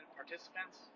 participants